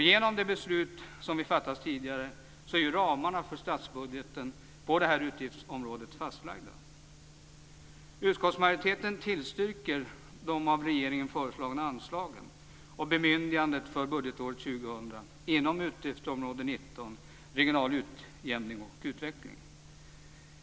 Genom det beslut som vi fattat tidigare är ramarna för statsbudgeten på detta utgiftsområde fastlagda. Utskottsmajoriteten tillstyrker de av regeringen föreslagna anslagen och bemyndigandet för budgetåret 2000 inom utgiftsområde 19 Regional utjämning och utveckling.